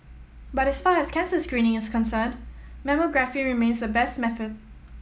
but as far as cancer screening is concerned mammography remains the best method